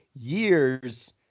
years